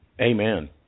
Amen